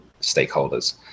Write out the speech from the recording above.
stakeholders